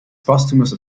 posthumous